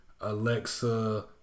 Alexa